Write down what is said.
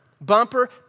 bumper